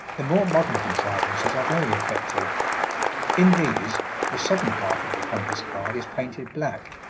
the more modern contrivances are very effective in these the southern half of the compass card is painted black,